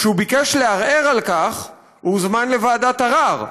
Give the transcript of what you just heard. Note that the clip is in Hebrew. כשהוא ביקש לערער על כך הוא הוזמן לוועדת ערר,